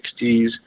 1960s